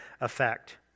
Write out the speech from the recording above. effect